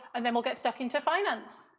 and then we'll get so into finance?